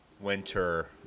winter